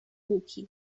łuki